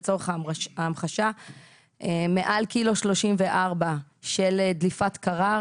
לצורך ההמחשה מעל 1.34 קילו של דליפת קרר